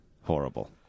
Horrible